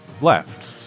left